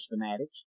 fanatics